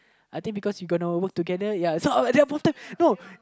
I think because you got no work together ya so uh at that point of time no